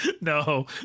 no